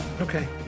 Okay